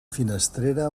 finestrera